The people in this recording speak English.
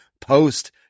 post